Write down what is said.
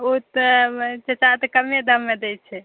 ओ तऽ चचा तऽ कमे दाममे दै छै